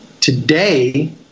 today